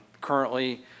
Currently